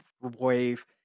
wave